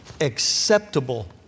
acceptable